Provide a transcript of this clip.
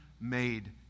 made